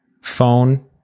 phone